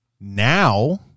now